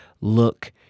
look